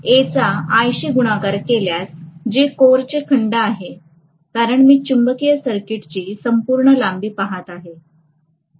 A चा l शी गुणाकार केल्यास जे कोरचे खंड आहे कारण मी चुंबकीय सर्किटची संपूर्ण लांबी पहात आहे